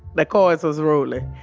the cards was a-rolling.